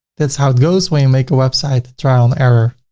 that's how it goes when you make a website trial and error